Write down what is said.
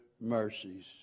mercies